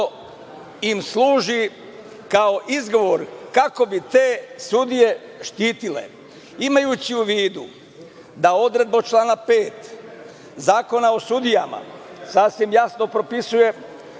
im služi kao izgovor kako bi te sudije štitile. Imajući u vidu da odredba člana 5. Zakona o sudijama sasvim jasno propisuje